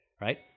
right